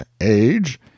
Age